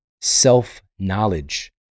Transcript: self-knowledge